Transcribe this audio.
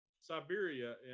siberia